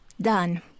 Done